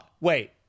Wait